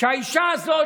שהאישה הזאת,